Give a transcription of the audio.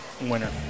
winner